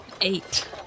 Eight